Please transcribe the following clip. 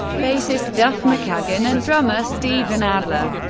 bassist duff mckagan, and drummer steven adler.